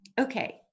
okay